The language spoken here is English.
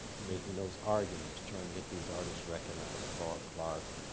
making those arguments, trying to get these artists recognized. claude clark,